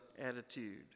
attitude